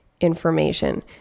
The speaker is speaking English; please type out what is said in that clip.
information